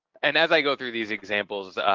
and as i go through these examples.